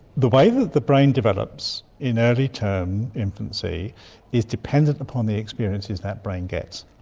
the way that the brain develops in early term infancy is dependent upon the experiences that brain gets.